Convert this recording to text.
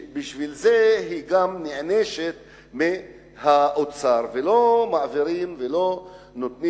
ולכן היא גם נענשת על-ידי האוצר שלא נותן ולא מעביר את